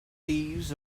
thieves